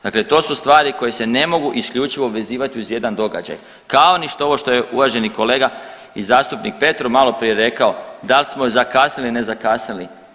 Dakle, to su stvari koje se ne mogu isključivo vezivati uz jedan događaj kao ni ovo što je uvaženi kolega i zastupnik Petrov malo prije rekao da li smo zakasnili, ne zakasnili.